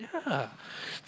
yeah